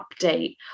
update